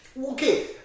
Okay